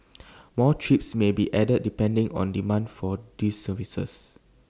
more trips may be added depending on demand for these services